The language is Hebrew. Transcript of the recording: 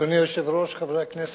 אדוני היושב-ראש, חברי הכנסת,